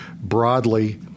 broadly